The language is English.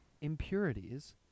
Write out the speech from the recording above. Impurities